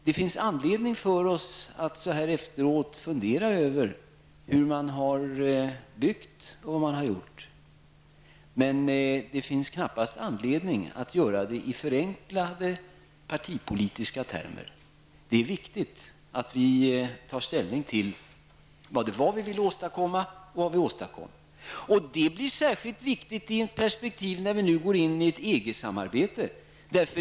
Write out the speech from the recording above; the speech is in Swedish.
Det finns anledning för oss att så här efteråt fundera över hur man har byggt och vad man har gjort, men det finns knappast anledning att fundera i förenklade partipolitiska termer. Det är viktigt att ta ställning till vad vi ville åstadkomma och vad vi verkligen åstadkom. Detta blir särskilt viktigt när det nu är aktuellt med ett EG-samarbete.